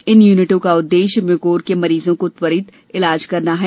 इन युनिटों का उद्देश्य म्युकोर के मरीजों को त्वरित इलाज करना है